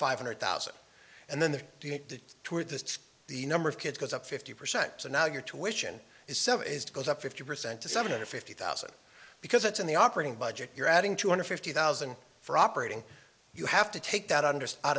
five hundred thousand and then the two are just the number of kids goes up fifty percent so now your tuition is seven is it goes up fifty percent to seven hundred fifty thousand because it's in the operating budget you're adding two hundred fifty thousand for operating you have to take that under